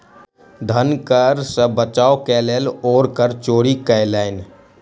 धन कर सॅ बचाव के लेल ओ कर चोरी कयलैन